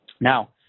Now